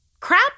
crap